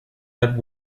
had